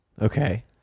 Okay